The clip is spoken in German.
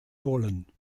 wollen